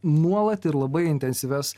nuolat ir labai intensyvias